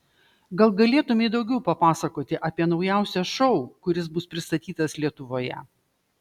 gal galėtumei daugiau papasakoti apie naujausią šou kuris bus pristatytas lietuvoje